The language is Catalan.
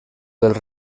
dels